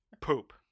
poop